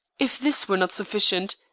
if this were not sufficient,